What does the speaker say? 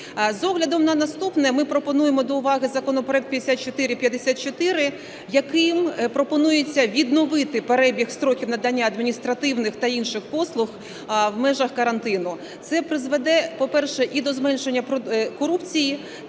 З огляду на наступне, ми пропонуємо законопроект 5454, яким пропонується відновити перебіг строків надання адміністративних та інших послуг в межах карантину. Це призведе, по-перше, і до зменшення корупції.